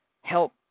help